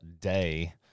day